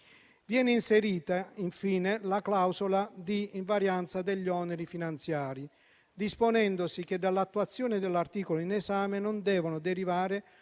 Viene inserita infine la clausola di invarianza degli oneri finanziari, disponendosi che dall'attuazione dell'articolo in esame non devono derivare